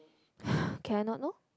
can I not know